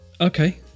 Okay